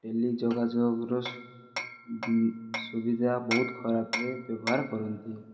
ଟେଲି ଯୋଗାଯୋଗର ସୁବିଧା ବହୁତ ଖରାପରେ ବ୍ୟବହାର କରନ୍ତି